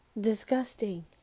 disgusting